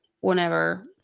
whenever